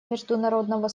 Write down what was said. международного